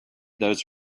those